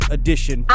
Edition